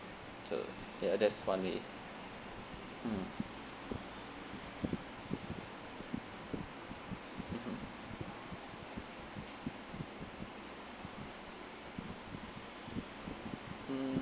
so ya that's one way mm mmhmm mm